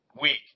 week